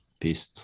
peace